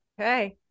Okay